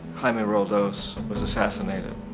jaime roldos was assassinated.